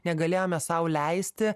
negalėjome sau leisti